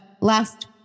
last